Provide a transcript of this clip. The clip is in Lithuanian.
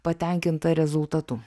patenkinta rezultatu